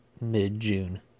mid-June